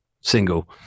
single